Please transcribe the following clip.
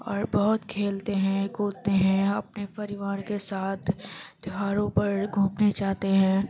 اور بہت کھیلتے ہیں کودتے ہیں اپنے پریوار کے ساتھ تیوہاروں پر گھومنے جاتے ہیں